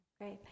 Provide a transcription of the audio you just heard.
Great